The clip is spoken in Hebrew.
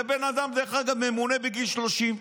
זה בן אדם שממונה בגיל 30,